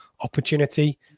opportunity